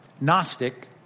Gnostic